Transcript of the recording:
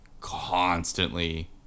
constantly